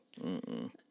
Mm-mm